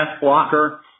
blocker